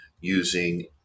using